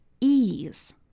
ease